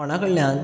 कोणा कडल्यान